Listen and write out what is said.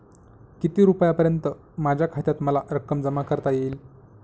किती रुपयांपर्यंत माझ्या खात्यात मला रक्कम जमा करता येईल?